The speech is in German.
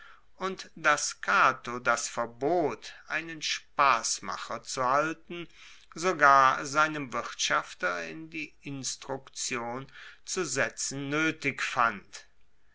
und dass cato das verbot einen spassmacher zu halten sogar seinem wirtschafter in die instruktion zu setzen noetig fand